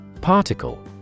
Particle